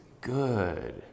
good